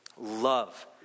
love